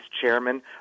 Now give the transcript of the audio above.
chairman